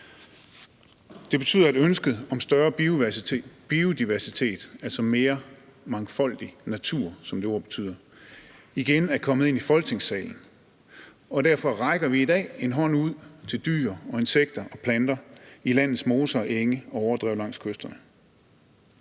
Det betyder, at ønsket om større biodiversitet, altså mere mangfoldig natur, som det ord betyder, igen er kommet ind i Folketingssalen, og derfor rækker vi i dag en hånd ud til dyr og insekter og planter i landets moser, på enge og overdrev langs kysterne.